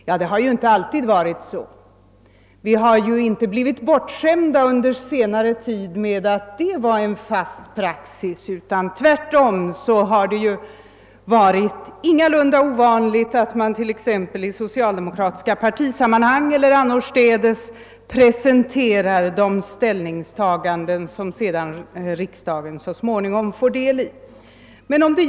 Men vi har inte under senare år blivit bortskämda med detta som en fast praxis utan tvärtom har det ingalunda varit ovanligt att man t.ex. i socialdemokratiska partisammanhang eller annorstädes presenterat de ställningstaganden som riksdagen så småningom skulle få del av.